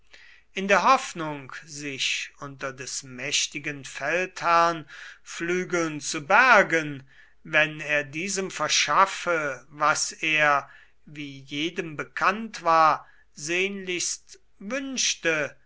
in der hoffnung sich unter des mächtigen feldherrn flügeln zu bergen wenn er diesem verschaffe was er wie jedem bekannt war sehnlichst wünschte